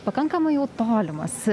pakankamai jau tolimas